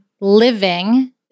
living—